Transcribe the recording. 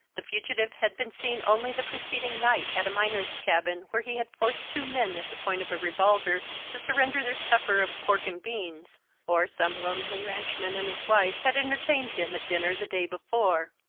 the fugitive had been seen only the preceding night at a miners' cabin where he had forced two men at the point of a revolver to surrender their supper of pork and beans or some lonely ranchman and his wife had entertained him at dinner the day before.